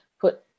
put